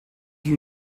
you